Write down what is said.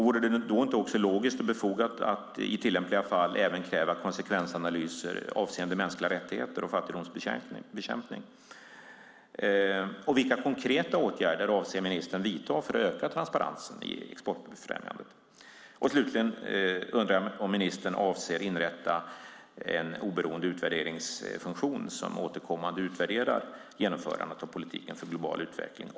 Vore det då inte också logiskt och befogat att i tillämpliga fall även kräva konsekvensanalyser avseende mänskliga rättigheter och fattigdomsbekämpning? Vilka konkreta åtgärder avser ministern att vidta för att öka transparensen i exportfrämjandet? Slutligen undrar jag om ministern avser att inrätta en oberoende utvärderingsfunktion som återkommande utvärderar genomförandet av politiken för global utveckling.